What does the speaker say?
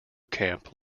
camp